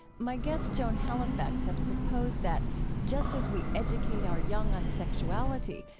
my guest, joan halifax, has proposed that just as we educate our young on sexuality,